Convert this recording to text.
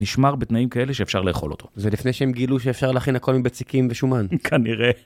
נשמר בתנאים כאלה שאפשר לאכול אותו. זה לפני שהם גילו שאפשר להכין הכל מבצקים ושומן. כנראה.